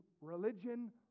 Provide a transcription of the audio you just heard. religion